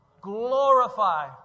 Glorify